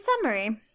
summary